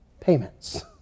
payments